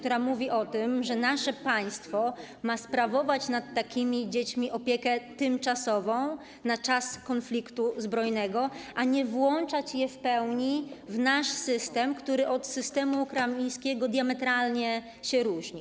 Chodzi o to, że nasze państwo ma sprawować nad takimi dziećmi opiekę tymczasową - na czas konfliktu zbrojnego - a nie włączać je w pełni do naszego systemu, który od systemu ukraińskiego diametralnie się różni.